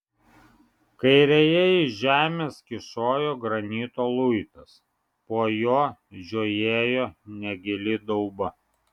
kairėje iš žemės kyšojo granito luitas po juo žiojėjo negili dauba